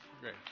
Great